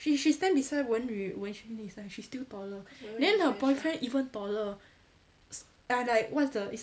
she she stand beside wenyu wenxuan it's like she still taller than her boyfriend even taller ya like what's the is